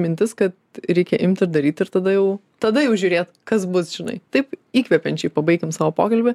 mintis kad reikia imti ir daryti ir tada jau tada jau žiūrėt kas bus žinai taip įkvepiančiai pabaikim savo pokalbį